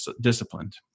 disciplined